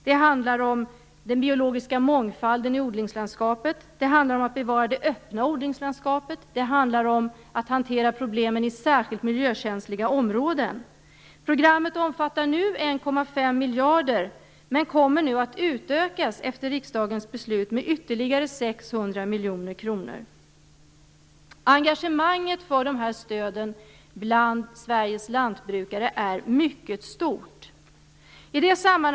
Det handlar om den biologiska mångfalden i odlingslandskapet, om att bevara det öppna odlingslandskapet och om att hantera problemen i särskilt miljökänsliga områden. Programmet omfattar 1,5 miljarder kronor, men kommer nu att utökas med ytterligare 600 miljoner kronor efter riksdagens beslut. Engagemanget bland Sveriges lantbrukare för dessa stöd är mycket stort. Herr talman!